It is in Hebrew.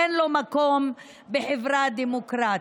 אין לו מקום בחברה דמוקרטית.